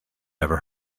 ever